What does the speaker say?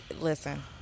Listen